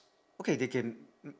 okay they can